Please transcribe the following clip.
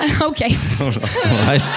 Okay